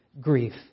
Grief